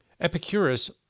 Epicurus